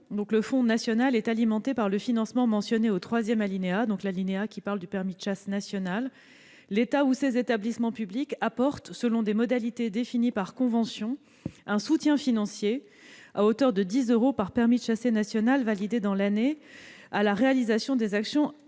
ce fonds soit « alimenté par le financement mentionné au troisième alinéa », relatif au permis de chasse national, et que « l'État ou ses établissements publics apportent, selon des modalités définies par convention, un soutien financier pour un montant de 10 euros par permis de chasser national validé dans l'année à la réalisation des actions mentionnées